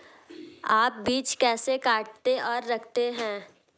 आप बीज कैसे काटते और रखते हैं?